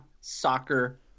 Soccer